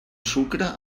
sucre